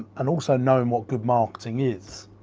and also knowing what good marketing is.